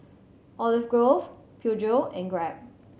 Olive Grove Peugeot and Grab